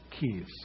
keys